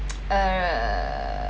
err